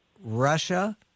Russia